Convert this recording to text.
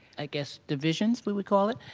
i guess divisions we would call it,